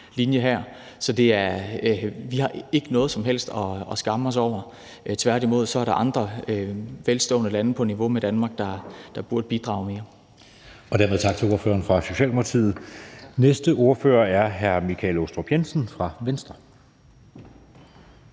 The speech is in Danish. Så vi har ikke noget som helst at skamme os over. Tværtimod er der andre velstående lande på niveau med Danmark, der burde bidrage mere.